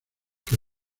que